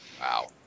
Wow